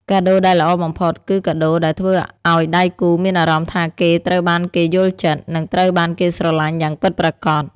កាដូដែលល្អបំផុតគឺកាដូដែលធ្វើឱ្យដៃគូមានអារម្មណ៍ថាគេត្រូវបានគេយល់ចិត្ត និងត្រូវបានគេស្រឡាញ់យ៉ាងពិតប្រាកដ។